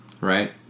right